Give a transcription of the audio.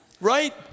right